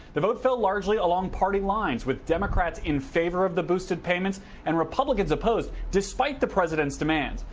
the vote fell largely along party lines with democrats in favor of the boosted payments and republicans opposed. despite the president's demand.